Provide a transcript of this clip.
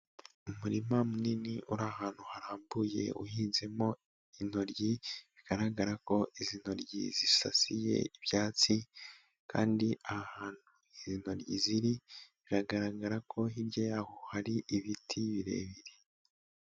Umurima munini uri ahantu harambuye uhinzemo intoryi, bigaragara ko izi ntoryi zisasiye ibyatsi kandi ahantu izi ntiryi ziri biragaragara ko hirya yaho hari ibiti birebire.